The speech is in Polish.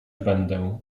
będę